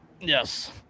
Yes